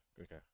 okay